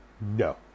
No